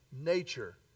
nature